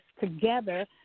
together